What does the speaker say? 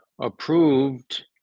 approved